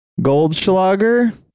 Goldschlager